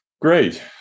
Great